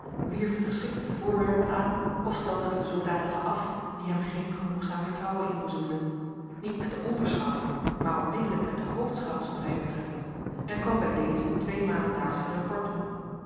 wierf de geschiktste voorwerpen aan of stelde de zoodanigen af die hem geen genoegzaam vertrouwen inboezemden niet met de onderschouten maar onmiddellijk met den hoofdschout stond hij in betrekking en kwam bij deze tweemalen daags zijn rapport doen